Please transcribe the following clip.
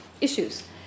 issues